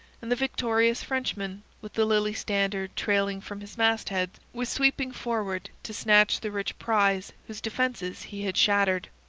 and the victorious frenchman with the lily standard trailing from his mastheads was sweeping forward to snatch the rich prize whose defences he had shattered.